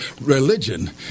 religion